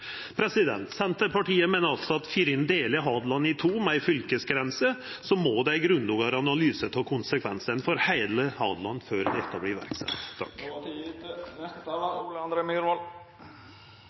Senterpartiet meiner altså at før ein deler Hadeland i to med ei fylkesgrense, må det ein grundigare analyse av konsekvensane for heile Hadeland til før dette